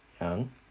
young